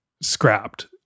scrapped